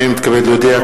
הנני מתכבד להודיע,